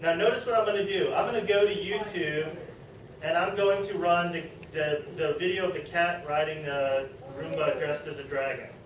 ah notice what i am going to do. i am going to go to youtube and i am going to run the the video of the cat riding a roomba dressed as a dragon.